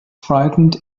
frightened